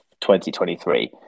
2023